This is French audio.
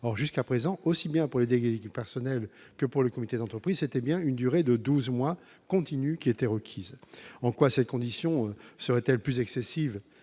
or jusqu'à présent, aussi bien pour les délégués du personnel que pour les comités d'entreprise, c'était bien une durée de 12 mois continue qui était requise en quoi ces conditions serait-elle plus excessive